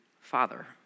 Father